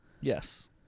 Yes